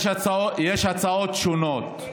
יש שלוש הצעות שונות.